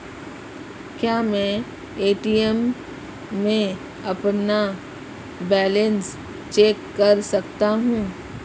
क्या मैं ए.टी.एम में अपना बैलेंस चेक कर सकता हूँ?